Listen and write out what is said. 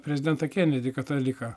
prezidentą kenedį kataliką